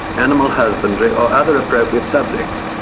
animal husbandry, or other appropriate subjects.